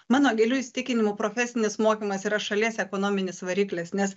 mano giliu įsitikinimu profesinis mokymas yra šalies ekonominis variklis nes